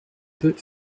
peut